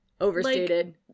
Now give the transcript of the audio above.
Overstated